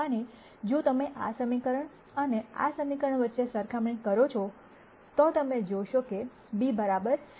અને જો તમે આ સમીકરણ અને આ સમીકરણ વચ્ચે સરખામણી કરો છો તો તમે જોશો કે b c